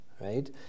Right